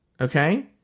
Okay